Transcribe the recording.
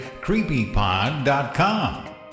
CreepyPod.com